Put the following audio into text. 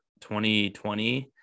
2020